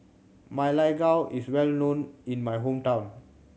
Ma Lai Gao is well known in my hometown